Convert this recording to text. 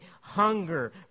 hunger